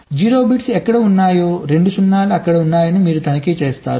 0 bits ఎక్కడ ఉన్నాయో 2 సున్నాలు అక్కడ ఉన్నాయని మీరు తనిఖీ చేస్తారు